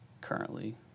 currently